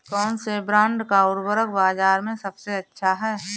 कौनसे ब्रांड का उर्वरक बाज़ार में सबसे अच्छा हैं?